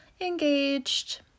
engaged